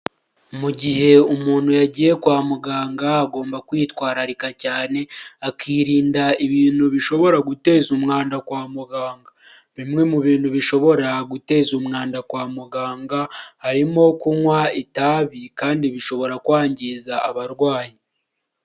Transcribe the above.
Mu gihe umuntu yagiye kwa muganga agomba kwitwararika cyane akirinda ibintu bishobora guteza umwanda kwa muganga. Bimwe mu bintu bishobora guteza umwanda kwa muganga harimo kunywa itabi kandi bishobora kwangiza abarwayi.